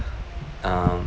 um